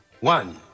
One